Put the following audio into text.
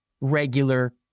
regular